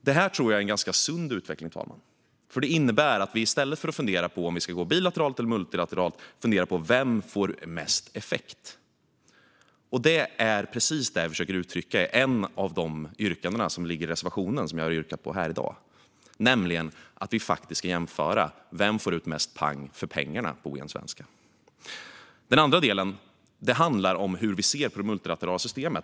Det tror jag är en ganska sund utveckling, herr talman, för det innebär att vi i stället för att fundera på om vi ska arbeta bilateralt eller multilateralt funderar på vem som får mest effekt. Det är precis detta jag försöker uttrycka i en av de reservationer som jag har yrkat bifall till här i dag: att vi ska jämföra vem som får mest pang för pengarna, på ren svenska. Den andra delen handlar om hur vi ser på det multilaterala systemet.